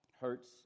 hurts